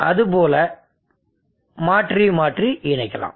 அதுபோல மாற்றி மாற்றி இணைக்கலாம்